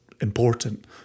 important